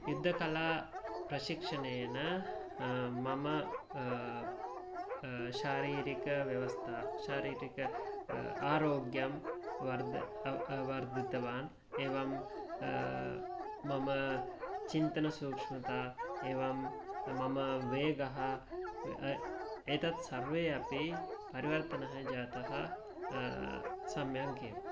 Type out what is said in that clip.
युद्धकलाप्रशिक्षणेन मम शारीरिकव्यवस्था शारीरिक आरोग्यं वर्ध वर्धितवान् एवं मम चिंतन सूक्ष्मता एवं मम वेगः एतद् सर्वम् अपि परिवर्तनः जातः सम्यगेव